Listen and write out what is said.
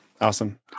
Awesome